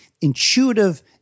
intuitive